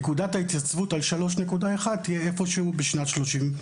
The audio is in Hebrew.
נקודת ההתייצבות על 3.1 תהיה איפשהו תהיה בשנת 30'